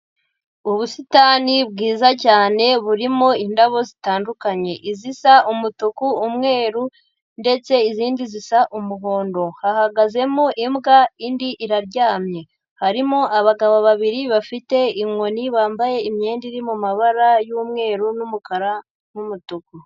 Ubusitani bwiza cyane burimo indabo zitandukanye izisa umutuku, umweru ndetse izindi zisa umuhondo, hahagazemo imbwa indi iraryamye, harimo abagabo babiri bafite inkoni bambaye imyenda iri mu mabara y'umweru n'umukara n'umutuku.